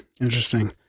interesting